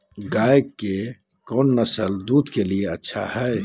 गाय के कौन नसल दूध के लिए अच्छा है?